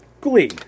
Glee